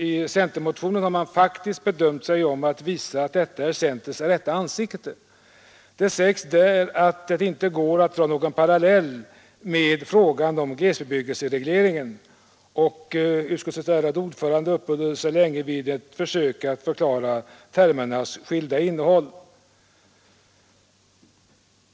I centermotionen har man faktiskt bemödat sig om att visa att detta är centerns rätta ansikte. Det sägs där att det inte går att dra någon parallell med frågan om glesbebyggelseregleringen, och utskottets ärade ordförande uppehåller sig länge vid ett försök att förklara termernas skilda innehåll.